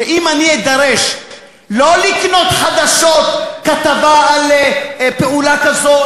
שאם אני אדרש לא לקנות חדשות כתבה על פעולה כזו,